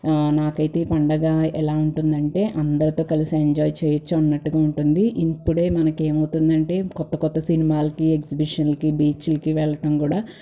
నాకైతే పండగ ఎలా ఉంటుందంటే అందరితో కలిసి ఎంజాయ్ చెయ్యచ్చు అన్నట్టుగా ఉంటుంది ఇప్పుడే మనకేమవుతుందంటే కొత్త కొత్తగా సినిమాలకి ఎగ్స్బిషన్లకు బీచులకి వెళ్ళటం కూడా